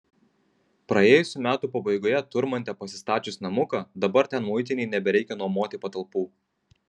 praėjusių metų pabaigoje turmante pasistačius namuką dabar ten muitinei nebereikia nuomoti patalpų